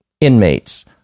inmates